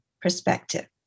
perspective